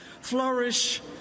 flourish